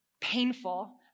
painful